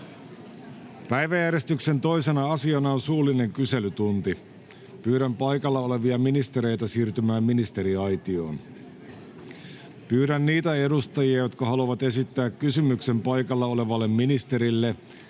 Päiväjärjestyksen 2. asiana on suullinen kyselytunti. Pyydän paikalla olevia ministereitä siirtymään ministeriaitioon. Pyydän niitä edustajia, jotka haluavat esittää kysymyksen paikalla olevalle ministerille,